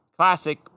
Classic